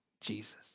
Jesus